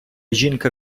жінка